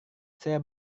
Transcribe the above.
saya